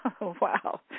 Wow